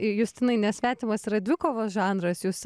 justinai nesvetimas yra dvikovos žanras jūs